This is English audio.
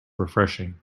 refreshing